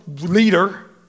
leader